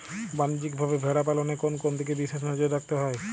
বাণিজ্যিকভাবে ভেড়া পালনে কোন কোন দিকে বিশেষ নজর রাখতে হয়?